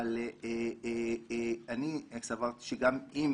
אבל אני סברתי שגם אם